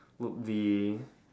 would be